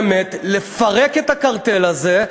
באמת, לפרק את הקרטל הזה,